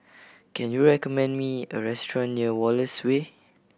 can you recommend me a restaurant near Wallace Way